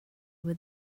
were